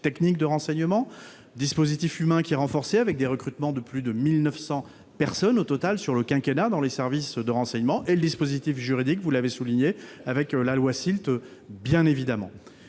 techniques de renseignement dispositif humain qui est renforcé avec des recrutements de plus de 1900 personnes au total sur le quinquennat dans les services de renseignement et le dispositif juridique, vous l'avez souligné avec la loi s'il te bien évidemment